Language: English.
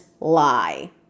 lie